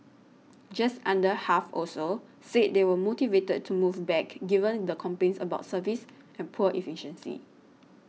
just under half also said they were motivated to move back given the complaints about service and poor efficiency